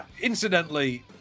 incidentally